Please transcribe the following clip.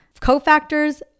cofactors